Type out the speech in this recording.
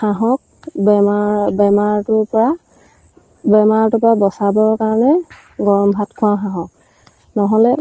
হাঁহক বেমাৰ বেমাৰটোৰ পৰা বেমাৰটোৰপৰা বচাবৰ কাৰণে গৰম ভাত খোৱাওঁ হাঁহক নহ'লে